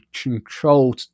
control